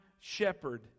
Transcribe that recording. shepherd